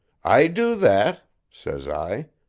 i do that says i.